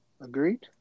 Agreed